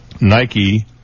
Nike